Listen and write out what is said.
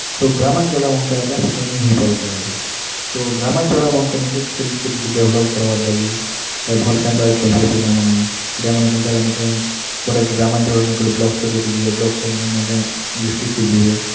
ତ ଗ୍ରାମାଞ୍ଚଳମାନଙ୍କେ ଆଜ୍ଞା ସେଇଟା ନେଇ ହେଇ ପାରୁଛି ଆଗରୁ ତ ଗ୍ରାମାଞ୍ଚଳମାନଙ୍କେ ଖେଲ୍କେ ଡେଭ୍ଲପ୍ କରିବା ଲାଗି ଭଲ୍ କେନ୍ତା ଖେଲିବେ ପିଲାମାନେ ପିଲାମାନେ କେନ୍ତା ଟିକେ ଗୋଟେ ତ ଗ୍ରାମାଞ୍ଚଳରୁ ବ୍ଲକ୍ ସ୍ତରକୁ ଯିବୁ ବ୍ଲକ୍ ସ୍ତରରୁ ନିକେ ଡିଷ୍ଟ୍ରିକ୍କେ ଯିବେ